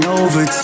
over